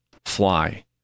fly